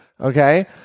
okay